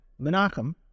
Menachem